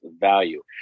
value